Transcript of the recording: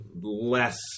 less